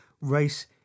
race